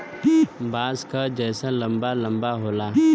बाँस क जैसन लंबा लम्बा होला